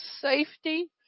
safety